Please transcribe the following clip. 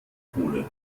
polen